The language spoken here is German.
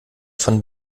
von